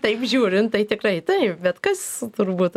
taip žiūrint tai tikrai taip bet kas turbūt